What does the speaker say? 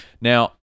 Now